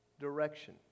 direction